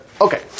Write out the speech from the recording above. Okay